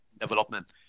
development